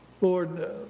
Lord